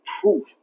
proof